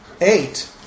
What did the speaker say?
Eight